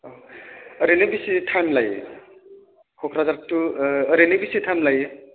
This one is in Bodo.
औ ओरैनो बेसे थाइम लायो क'क्राझार थु ओरैनो बेसे थाइम लायो